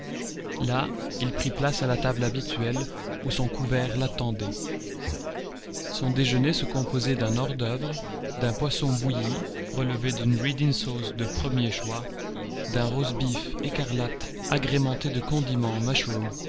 là il prit place à la table habituelle où son couvert l'attendait son déjeuner se composait d'un hors-d'oeuvre d'un poisson bouilli relevé d'une reading sauce de premier choix d'un roastbeef écarlate agrémenté de condiments